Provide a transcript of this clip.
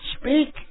speak